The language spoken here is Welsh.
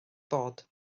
bod